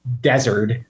desert